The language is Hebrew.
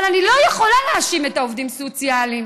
אבל אני לא יכולה להאשים את העובדים הסוציאליים,